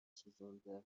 سوزونده